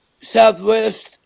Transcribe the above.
Southwest